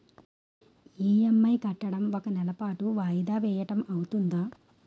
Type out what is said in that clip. EMI కట్టడం ఒక నెల పాటు వాయిదా వేయటం అవ్తుందా?